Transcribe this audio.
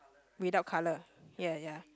without colour ya ya